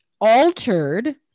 altered